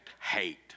hate